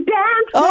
dance